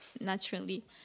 naturally